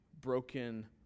broken